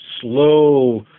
slow